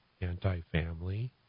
anti-family